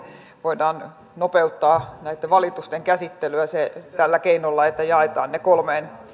voidaan nopeuttaa näitten valitusten käsittelyä tällä keinolla että jaetaan ne